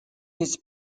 his